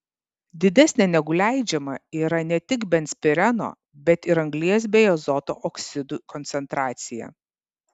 didesnė negu leidžiama yra ne tik benzpireno bet ir anglies bei azoto oksidų koncentracija